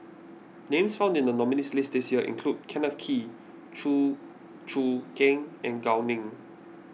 names found in the nominees' list this year include Kenneth Kee Chew Choo Keng and Gao Ning